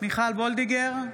מיכל מרים וולדיגר,